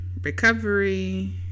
recovery